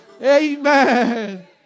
Amen